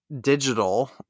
digital